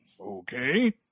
okay